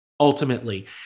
Ultimately